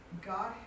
God